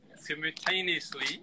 simultaneously